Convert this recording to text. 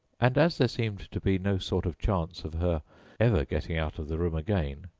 and, as there seemed to be no sort of chance of her ever getting out of the room again,